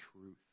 truth